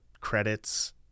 credits